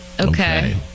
Okay